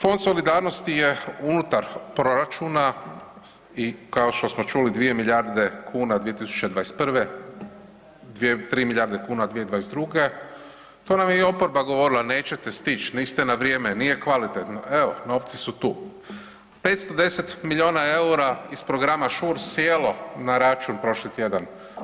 Fond solidarnosti je unutar proračuna i kao što smo čuli 2 milijarde kuna 2021., 3 milijarde kuna 2022., to nam je i oporba govorila, nećete stić, niste na vrijeme, nije kvalitetno, evo novci su tu, 510 milijuna EUR-a iz Programa Shore sjelo na račun prošli tjedan.